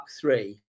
three